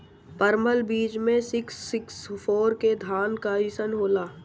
परमल बीज मे सिक्स सिक्स फोर के धान कईसन होला?